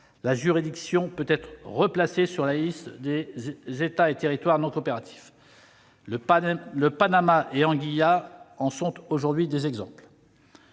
la juridiction peut être replacée sur la liste des États et territoires non coopératifs. Le Panama et Anguilla en sont aujourd'hui des exemples.